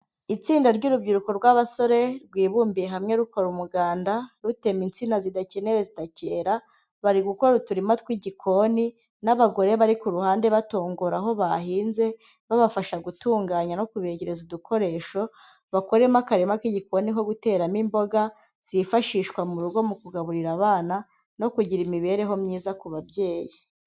Itsinda ry'urubyiruko rw'abasore rwibumbiye hamwe rukora umuganda, rutema insina zidakenewe zitakera, bari gukora uturima tw'igikoni n'abagore bari ku ruhande batongora aho bahinze, babafasha gutunganya no kubegereza udukoresho, bakoremo akarima k'igikoni ko guteramo imboga, zifashishwa mu rugo mu kugaburira abana no kugira imibereho myiza ku babyeyi.